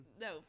no